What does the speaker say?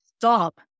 stop